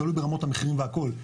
תלוי ברמות המחירים והכל,